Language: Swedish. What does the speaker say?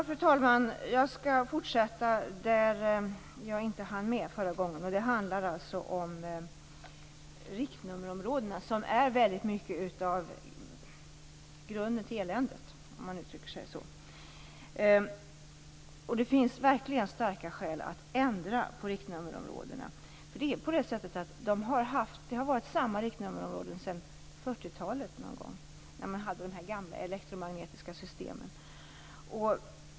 Fru talman! Jag skall fortsätta där jag slutade mitt förra inlägg. Det handlade om riktnummerområdena, som på många sätt är grunden till eländet, om jag uttrycker mig så. Det finns verkligen starka skäl att ändra riktnummerområdena. Riktnummerområdena har varit desamma sedan någon gång på 40-talet, då man hade de gamla elektromagnetiska systemen.